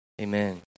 Amen